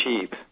cheap